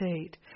state